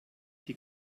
die